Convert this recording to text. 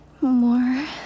More